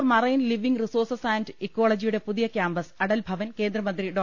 centre for marine living resources and ഇക്കോളജിയുടെ പുതിയ campus Atal Bhavan കേന്ദ്രമന്ത്രി ഡോ